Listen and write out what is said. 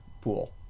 pool